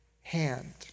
hand